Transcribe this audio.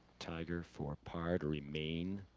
tiger for par to remain